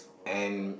and